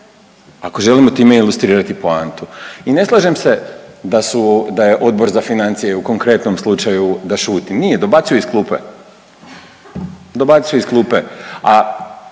ako želimo time ilustrirati poantu. I ne slažem se da su, da je Odbor za financije u konkretnom slučaju da šuti. Nije, dobacuju iz klupe. Dobacuju iz klupe, a